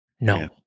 No